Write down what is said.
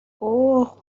اوه